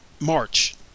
March